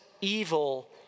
evil